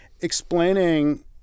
explaining